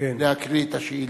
להקריא את השאילתא.